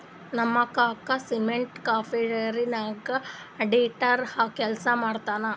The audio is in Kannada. ನಮ್ ಕಾಕಾ ಸಿಮೆಂಟ್ ಫ್ಯಾಕ್ಟರಿ ನಾಗ್ ಅಡಿಟರ್ ಕೆಲ್ಸಾ ಮಾಡ್ತಾರ್